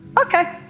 okay